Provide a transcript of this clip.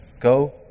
go